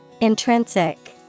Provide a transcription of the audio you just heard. Intrinsic